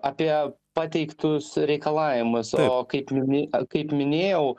apie pateiktus reikalavimus o kaip minė kaip minėjau